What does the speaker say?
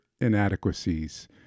inadequacies